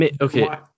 Okay